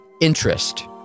interest